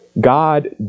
God